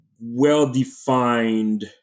well-defined